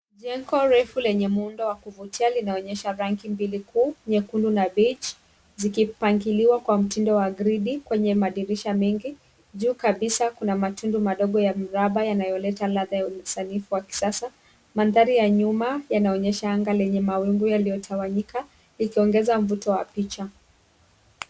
Jengo refu lenye muundo wa kuvutia linaonyesha rangi mbili kuu, nyekundu na beige zikipangiliwa kwa mtindo wa gridi kwenye madirisha mengi, juu kabisa kuna matundu madogo ya miraba yanayoleta ladha yenye usanifu wa kisasa, mandhari ya nyuma yanaonyesha anga yenye mawingu yaliyotawanyika ikiongeza mvuto wa picha.